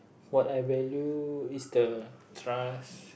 what I value is the trust